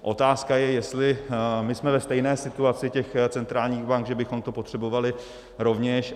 Otázka je, jestli my jsme ve stejné situaci těch centrálních bank, že bychom to potřebovali rovněž.